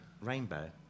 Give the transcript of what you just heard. rainbow